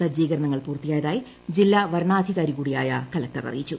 സജ്ജീകരണങ്ങൾ പൂർത്തിയായതായി ജില്ലാ വരണാധികാരി കൂടിയായ കളക്ടർ അറിയിച്ചു